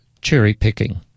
cherry-picking